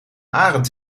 arend